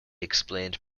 explained